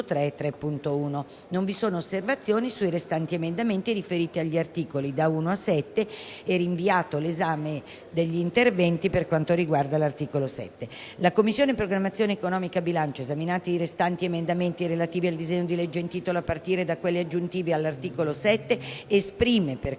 e 3.1. Non vi sono osservazioni sui restanti emendamenti, riferiti agli articoli da 1 a 7. È rinviato l'esame degli altri emendamenti, a partire da quelli aggiuntivi all'articolo 7». «La Commissione programmazione economica, bilancio, esaminati i restanti emendamenti relativi al disegno di legge in titolo a partire da quelli aggiuntivi all'articolo 7, esprime, per